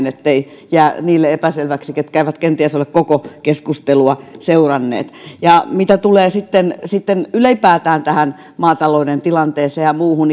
ettei jää niille epäselväksi ketkä eivät kenties ole koko keskustelua seuranneet mitä tulee ylipäätään tähän maatalouden tilanteeseen ja muuhun